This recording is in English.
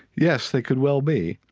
yes, they could well be.